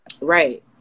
Right